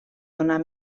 donar